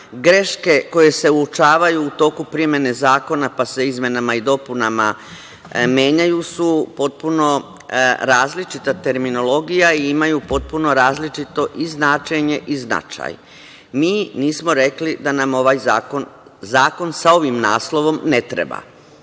greške koje se uočavaju u toku primene zakona, pa se izmenama i dopunama menjaju, potpuno su različita terminologija i imaju potpuno različito i značenje i značaj. Mi nismo rekli da nam ovaj zakon, zakon sa ovim naslovom ne treba.